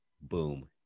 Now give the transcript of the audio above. Boom